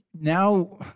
now